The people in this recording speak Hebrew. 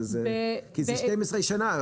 זה 12 שנה,